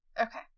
Okay